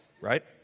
Right